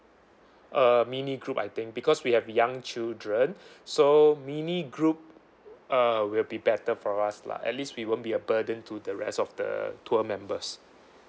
uh mini group I think because we have young children so mini group uh will be better for us lah at least we won't be a burden to the rest of the tour members